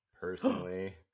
personally